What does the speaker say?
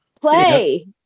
play